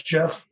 Jeff